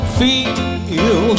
feel